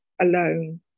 alone